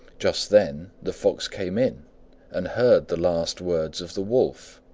just then the fox came in and heard the last words of the wolf.